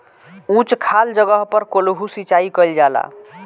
उच्च खाल जगह पर कोल्हू सिचाई कइल जाला